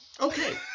Okay